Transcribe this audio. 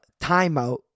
timeout